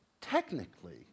technically